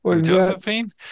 Josephine